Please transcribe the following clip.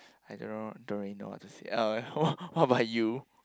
I don't know I don't really know what to say uh wha~ what about you